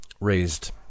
raised